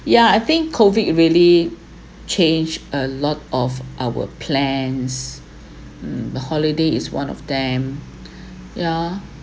yeah I think COVID really changed a lot of our plans mm the holiday is one of them yeah